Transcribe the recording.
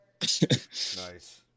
Nice